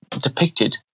depicted